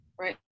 right